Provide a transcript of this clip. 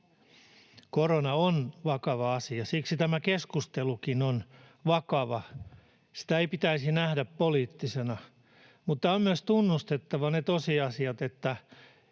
Korona on vakava asia, siksi tämä keskustelukin on vakava. Sitä ei pitäisi nähdä poliittisena, mutta on myös tunnustettava ne tosiasiat, että